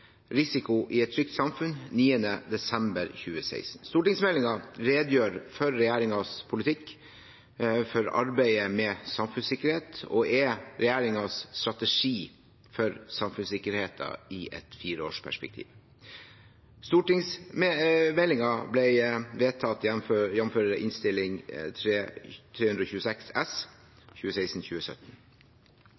Risiko i et trygt samfunn, 9. desember 2016. Stortingsmeldingen redegjør for regjeringens politikk i arbeidet med samfunnssikkerhet og er regjeringens strategi for samfunnssikkerheten i et fireårsperspektiv. Stortingsmeldingen ble vedtatt, jf. Innst. 326 S